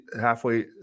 halfway